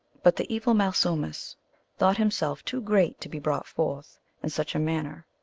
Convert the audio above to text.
but the evil malsumsis thought himself too great to be brought forth in such a manner,